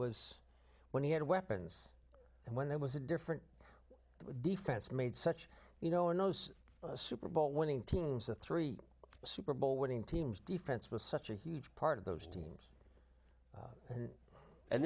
was when he had weapons and when there was a different defense made such you know in those super bowl winning teams the three super bowl winning teams defense was such a huge part of those teams and and